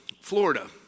Florida